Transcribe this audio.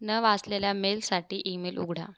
न वाचलेल्या मेलसाठी इमेल उघडा